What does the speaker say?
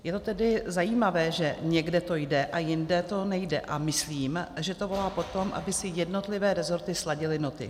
Je to tedy zajímavé, že někde to jde a jinde to nejde a myslím, že to volá po tom, aby si jednotlivé resorty sladily noty.